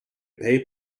pay